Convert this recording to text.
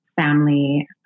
family